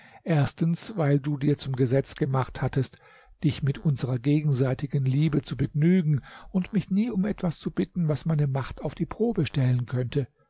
erstens weil du dir zum gesetz gemacht hattest dich mit unserer gegenseitigen liebe zu begnügen und mich nie um etwas zu bitten was meine macht auf die probe stellen könnte